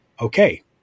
okay